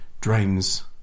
Drains